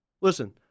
Listen